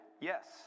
Yes